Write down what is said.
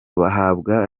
bahabwa